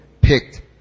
picked